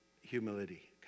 humility